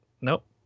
nope